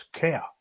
care